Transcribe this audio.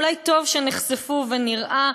אולי טוב שנחשפו ונראה,